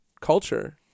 culture